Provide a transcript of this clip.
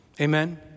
Amen